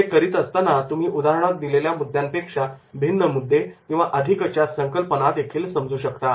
हे करीत असताना तुम्ही उदाहरणात दिलेल्या मुद्द्यांपेक्षा भिन्न मुद्दे किंवा अधिकच्या संकल्पना देखील समजू शकता